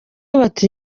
bati